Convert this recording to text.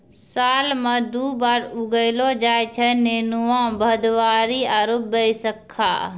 साल मॅ दु बार उगैलो जाय छै नेनुआ, भदबारी आरो बैसक्खा